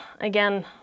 Again